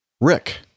Rick